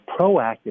proactive